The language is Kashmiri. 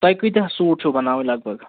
تُہۍ کٍتیٛاہ سوٗٹ چھِوٕ بَناوان لگ بگ